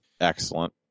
Excellent